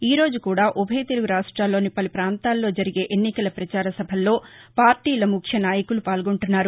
ఈరోజు కూడా ఉభయ తెలుగు రాష్ట్లోని పలు పాంతాల్లో జరిగే ఎన్నికల ప్రచార సభల్లో పార్టీల ముఖ్య నాయకులు పాల్గొంటున్నారు